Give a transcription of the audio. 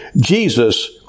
Jesus